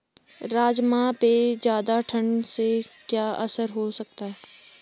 राजमा पे ज़्यादा ठण्ड से क्या असर हो सकता है?